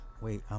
wait